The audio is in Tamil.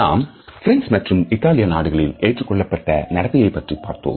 நாம் பிரான்ஸ் மற்றும் இத்தாலிய நாடுகளில் ஏற்றுக்கொள்ளப்பட்ட நடத்தையைப் பற்றி பார்த்தோம்